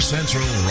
Central